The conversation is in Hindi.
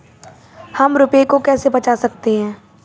हम रुपये को कैसे बचा सकते हैं?